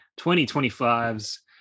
2025's